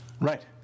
Right